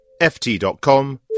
ft.com